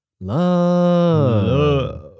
Love